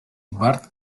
burt